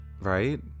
right